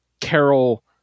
carol